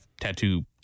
tattoo